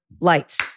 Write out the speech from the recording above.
Lights